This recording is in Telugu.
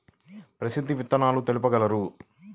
ప్రసిద్ధ విత్తనాలు తెలుపగలరు?